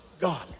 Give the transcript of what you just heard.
God